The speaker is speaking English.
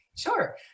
Sure